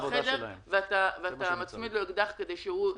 בחדר ואתה מצמיד לו אקדח כדי שיפעל.